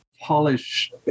polish